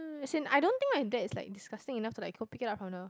mm as in I don't think my dad is like disgusting enough to like go pick it up from the